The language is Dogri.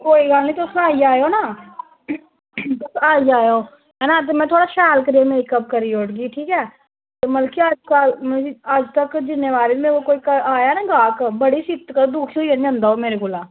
कोई गल्ल नेई तुस आई जाएओ ना तुस आई जाएओ है ना में थुआढ़ा शैल करियै मेकअप करी ओड़गी ठीक ऐ मतलब कि अजतक जिन्रे बारी बी में मेरे कोल कोई आया गाह्क बड़ी सिफ्त करदा कुसे होऱ कोल नेई जंदा फ्ही मेरे कोला